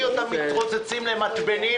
ראיתי אותם מתרוצצים למתבנים,